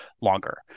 longer